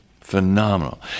Phenomenal